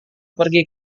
pergi